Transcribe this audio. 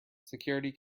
security